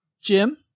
Jim